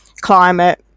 climate